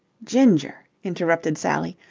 ginger, interrupted sally,